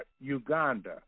uganda